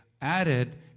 added